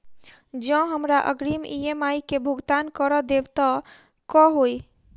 जँ हमरा अग्रिम ई.एम.आई केँ भुगतान करऽ देब तऽ कऽ होइ?